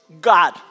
God